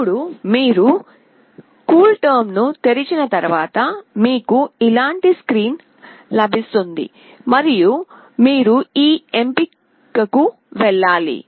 ఇప్పుడు మీరు కూల్టెర్మ్ను తెరిచిన తర్వాత మీకు ఇలాంటి స్క్రీన్ లభిస్తుంది మరియు మీరు ఈ ఎంపికకు వెళ్ళాలి